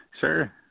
Sure